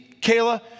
Kayla